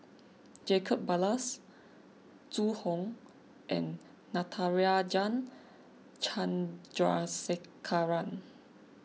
Jacob Ballas Zhu Hong and Natarajan Chandrasekaran